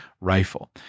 rifle